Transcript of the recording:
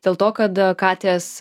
dėl to kad katės